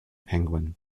penguin